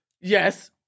Yes